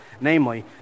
namely